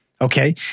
Okay